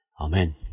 Amen